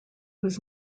was